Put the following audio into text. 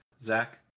Zach